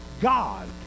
God